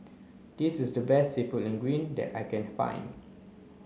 this is the best Seafood Linguine that I can find